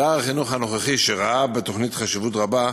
שר החינוך הנוכחי, שראה בתוכנית חשיבות רבה,